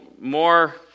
more